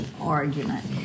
argument